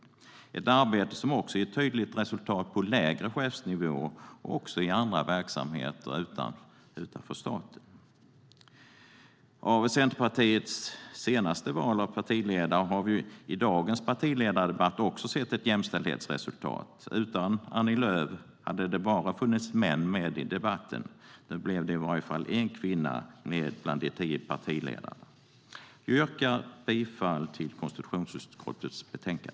Det är ett arbete som också gett ett tydligt resultat på lägre chefsnivåer och även i andra verksamheter utanför staten. Av Centerpartiets senaste val av ny partiledare har vi också i dagens partiledardebatt sett ett jämställdhetsresultat. Utan Annie Lööf hade det bara funnits män med i debatten. Nu blev det i varje fall en kvinna bland de tio partiledarna. Jag yrkar på godkännande av utskottets anmälan.